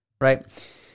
right